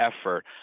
effort